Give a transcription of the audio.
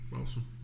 awesome